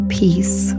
peace